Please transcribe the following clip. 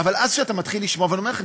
אתה מתחיל לשמוע ואני אומר לכם,